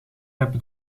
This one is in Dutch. hebben